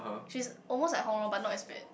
she's almost like Hong Rong but not as bad